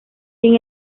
sin